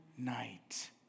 night